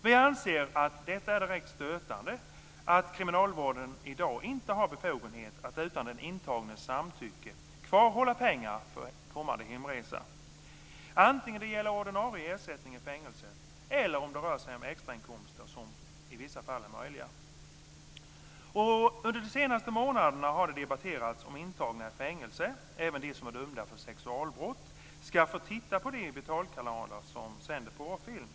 Vi anser att det är direkt stötande att kriminalvården i dag inte har befogenhet att utan den intagnes samtycke kvarhålla pengar för kommande hemresa antingen det gäller ordinarie ersättning i fängelset eller om det rör sig om extrainkomster som i vissa fall är möjliga. Under de senaste månaderna har det debatterats om intagna i fängelse, även de som är dömda för sexualbrott, ska få titta på de betalkanaler som sänder porrfilm.